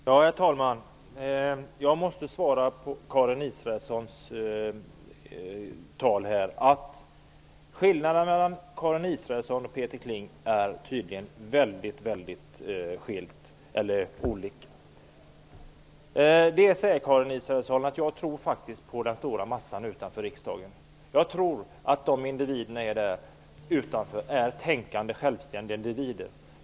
Herr talman! Jag måste bemöta Karin Israelsson. Kling är tydligen väldigt stora. Jag tror, Karin Israelsson, faktiskt på den stora massan utanför riksdagen. Jag tror att det är tänkande och självständiga individer.